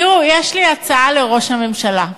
תראו, יש לי הצעה לראש הממשלה.